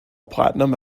platinum